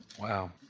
Wow